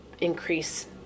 increase